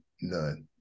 None